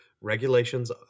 regulations